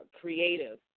creative